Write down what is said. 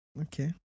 Okay